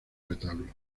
retablos